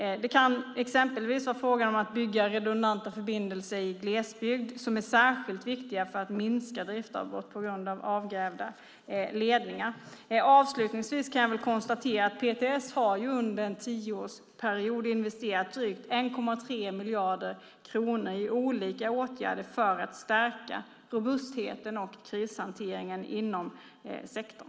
Det kan exempelvis vara fråga om att i glesbygd bygga redundanta förbindelser som är särskilt viktiga för att minska driftavbrott på grund av avgrävda ledningar. Avslutningsvis kan jag konstatera att PTS under en tioårsperiod har investerat drygt 1,3 miljarder kronor i olika åtgärder för att stärka robustheten och krishanteringen inom sektorn.